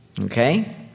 Okay